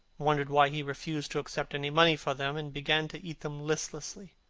wondered why he refused to accept any money for them, and began to eat them listlessly.